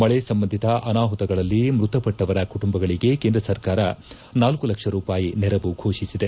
ಮಳೆ ಸಂಬಂಧಿತ ಅನಾಹುತಗಳಲ್ಲಿ ಮ್ಯತಪಟ್ಟವರ ಕುಟುಂಬಗಳಿಗೆ ಕೇಂದ್ರ ಸರ್ಕಾರ ಳ ಲಕ್ಷ ರೂಪಾಯಿ ನೆರವು ಘೋಷಿಸಿದೆ